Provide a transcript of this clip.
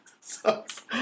sucks